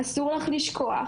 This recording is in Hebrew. אסור לך לשכוח